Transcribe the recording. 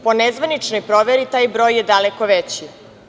Po nezvaničnoj proveri, taj broj je daleko veći.